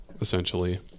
essentially